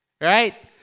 right